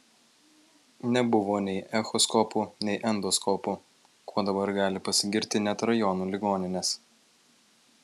nebuvo nei echoskopų nei endoskopų kuo dabar gali pasigirti net rajonų ligoninės